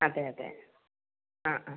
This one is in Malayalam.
അതെ അതെ ആ ആ